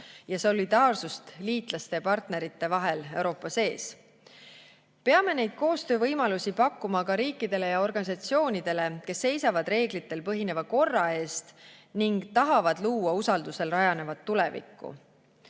ja solidaarsust liitlaste ja partnerite vahel Euroopa sees. Peame neid koostöövõimalusi pakkuma riikidele ja organisatsioonidele, kes seisavad reeglitel põhineva korra eest ning tahavad luua usaldusel rajanevat